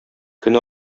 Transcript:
көн